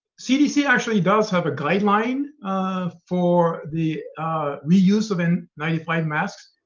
cdc actually does have a guideline for the reuse of n nine five masks,